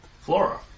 Flora